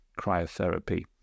cryotherapy